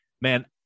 man